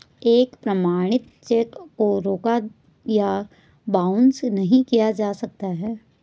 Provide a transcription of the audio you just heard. एक प्रमाणित चेक को रोका या बाउंस नहीं किया जा सकता है